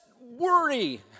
worry